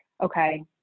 okay